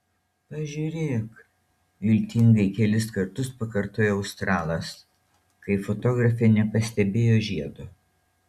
pažiūrėk viltingai kelis kartus pakartojo australas kai fotografė nepastebėjo žiedo